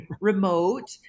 remote